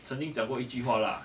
曾经讲过一句话 lah